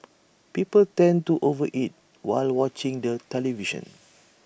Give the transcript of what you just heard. people tend to over eat while watching the television